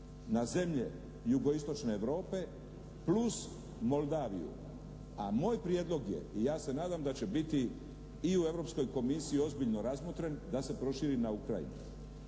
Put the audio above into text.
na zemlje jugoistočne Europe plus Moldaviju, a moj prijedlog je i ja se nadam da će biti i u Europskoj komisiji ozbiljno razmotren da se proširi i na Ukrajinu.